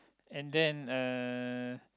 and then uh